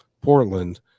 portland